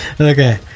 Okay